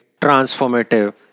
transformative